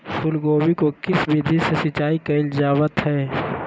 फूलगोभी को किस विधि से सिंचाई कईल जावत हैं?